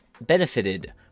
benefited